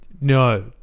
No